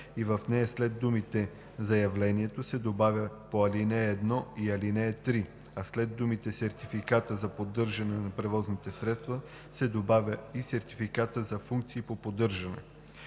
и в нея след думите „заявлението“ се добавя „по ал. 1 и ал. 3“, а след думите „сертификата за поддържане на превозните средства“ се добавя „и сертификата за функции по поддържане“.